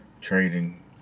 Trading